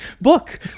book